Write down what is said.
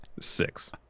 Six